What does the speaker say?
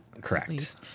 Correct